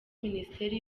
minisiteri